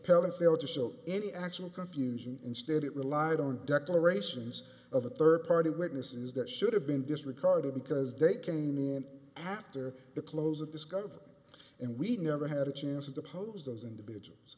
appellant failed to show any actual confusion instead it relied on declarations of a third party witnesses that should have been disregarded because they came in after the close of discovery and we never had a chance to depose those individuals